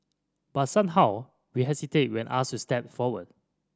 but somehow we hesitate when asked to step forward